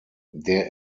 der